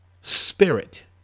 spirit